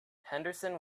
henderson